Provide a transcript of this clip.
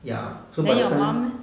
ya so by that time